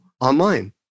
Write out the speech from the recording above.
online